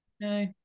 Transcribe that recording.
No